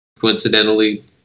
coincidentally